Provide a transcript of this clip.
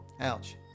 Ouch